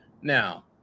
Now